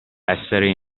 essere